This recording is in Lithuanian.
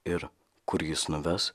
ir kur jis nuves